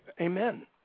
Amen